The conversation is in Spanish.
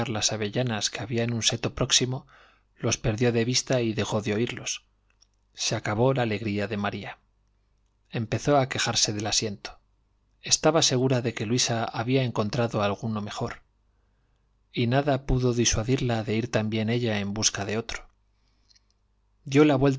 las avellanas que había en un seto próximo los perdió de vista y dejó de oírlos se acabó la alegría de maría empezó a quejarse del asiento estaba segura de que luisa había encontrado alguno mejor y nada pudo disuadirla de ir también ella en busca de otro dió la